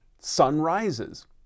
sunrises